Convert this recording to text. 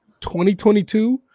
2022